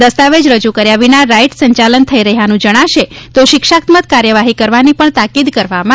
દસ્તાવેજ રજૂ કર્યા વિના રાઇડ્સ સંચાલન તઇ રહ્યાનું જજ્ઞાશે તો શિક્ષાત્મક કાર્યવાહી કરવાની પણ તાકીદ કરવામાં આવી છે